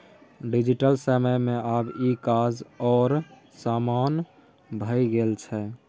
digital समय मे आब ई काज आओर आसान भए गेल छै